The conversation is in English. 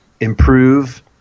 Improve